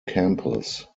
campus